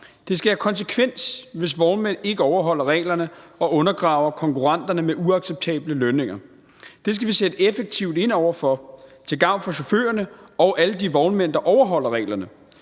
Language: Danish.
Det skal have konsekvens, hvis vognmænd ikke overholder reglerne og undergraver konkurrenterne med uacceptable lønninger. Det skal vi sætte effektivt ind over for til gavn for chaufførerne og alle de vognmænd, der overholder reglerne.